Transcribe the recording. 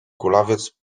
kulawiec